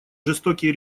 жестокие